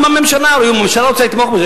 אם הממשלה רוצה לתמוך בזה,